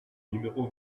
numéro